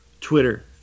Twitter